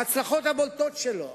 ההצלחות הבולטות שלו